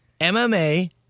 MMA